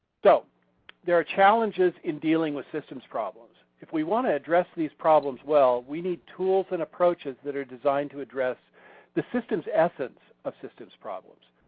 so there are challenges in dealing with systems problems. if we want to address these problems well, we need tools and approaches that are designed to address the systems essence of systems problems.